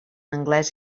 anglès